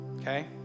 Okay